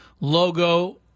logo